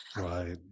right